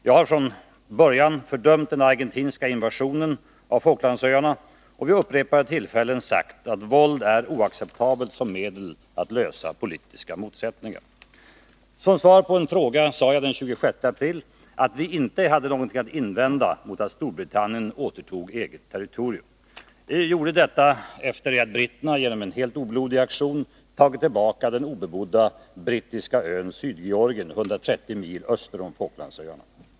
Jag har från början fördömt den argentinska invasionen av Falklandsöarna och vid upprepade tillfällen sagt att våld är oacceptabelt som medel att lösa politiska motsättningar. Som svar på en fråga sade jag den 26 april att vi inte hade någonting att invända mot att Storbritannien återtog eget territorium. Jag gjorde det efter det att britterna genom en helt oblodig aktion tagit tillbaka den obebodda brittiska ön Sydgeorgien, 130 mil öster om Falklandsöarna.